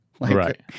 Right